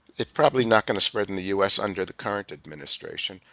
it's probably not going to spread in the u s. under the current administration,